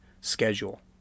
schedule